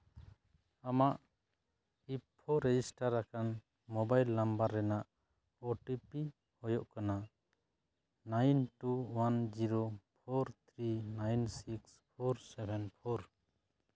ᱟᱢᱟᱜ E register ᱟᱠᱟᱱ mobile number ᱨᱮᱱᱟᱜ ᱳ ᱴᱤ ᱯᱤ ᱦᱩᱭᱩᱜ ᱠᱟᱱᱟ nine two one zero four three nine six four seven four